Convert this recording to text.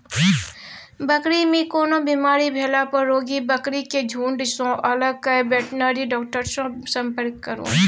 बकरी मे कोनो बेमारी भेला पर रोगी बकरी केँ झुँड सँ अलग कए बेटनरी डाक्टर सँ संपर्क करु